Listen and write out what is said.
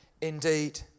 indeed